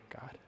God